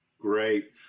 Great